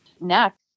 Next